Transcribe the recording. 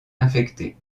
infectés